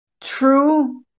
true